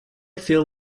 feel